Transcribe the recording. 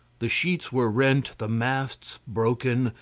the sheets were rent, the masts broken,